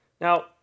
Now